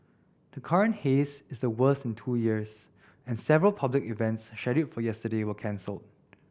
the current haze is the worst in two years and several public events scheduled for yesterday were cancelled